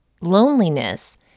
loneliness